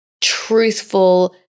truthful